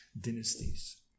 dynasties